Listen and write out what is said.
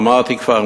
אמרתי כבר,